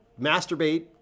masturbate